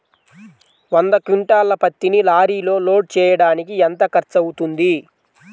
వంద క్వింటాళ్ల పత్తిని లారీలో లోడ్ చేయడానికి ఎంత ఖర్చవుతుంది?